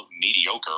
mediocre